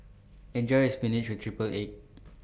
Enjoy your Spinach with Triple Egg